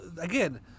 again